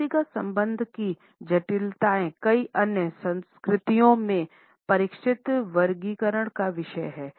व्यक्तिगत गंध की जटिलताएं कई अन्य संस्कृतियों में परिष्कृत वर्गीकरण का विषय हैं